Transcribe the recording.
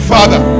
Father